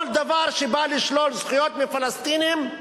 כל דבר שבא לשלול זכויות מפלסטינים,